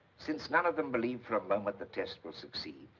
since none of them believe for a moment the test will succeed,